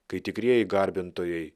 kai tikrieji garbintojai